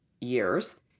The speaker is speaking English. years